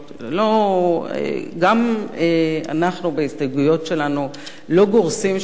גם אנחנו בהסתייגויות שלנו לא גורסים שמדינת